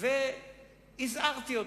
והזהרתי אותו.